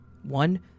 One